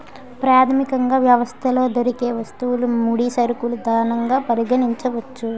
ప్రాథమికంగా వ్యవస్థలో దొరికే వస్తువులు ముడి సరుకులు ధనంగా పరిగణించవచ్చు